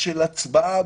זה אותו ראש ממשלה,